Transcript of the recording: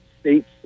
states